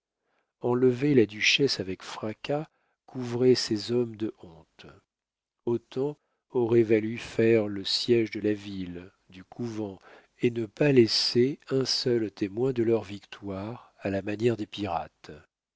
enlever la duchesse avec fracas couvrait ces hommes de honte autant aurait valu faire le siége de la ville du couvent et ne pas laisser un seul témoin de leur victoire à la manière des pirates